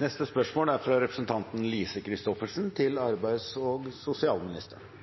Mitt spørsmål til arbeids- og sosialministeren er